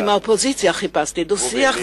עם האופוזיציה חיפשתי דו-שיח,